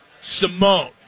Simone